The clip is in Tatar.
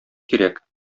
кирәк